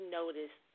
notice